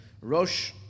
Rosh